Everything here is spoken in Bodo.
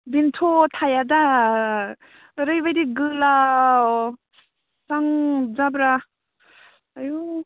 बेनोथ' थायादा ओरैबायदि गोलाव जा जाब्रा आयु